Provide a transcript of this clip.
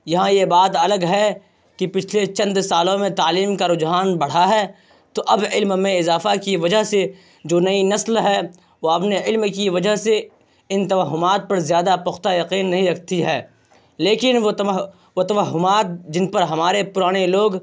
یہاں یہ بات الگ ہے کہ پچھلے چند سالوں میں تعلیم کا رجحان بڑھا ہے تو اب علم میں اضافہ کی وجہ سے جو نئی نسل ہے وہ اپنے علم کی وجہ سے ان توہمات پر زیادہ پختہ یقین نہیں رکھتی ہے لیکن وہ توہمات جن پر ہمارے پرانے لوگ